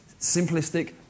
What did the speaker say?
simplistic